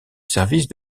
service